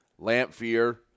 Lampfear